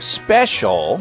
special